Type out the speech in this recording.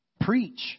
preach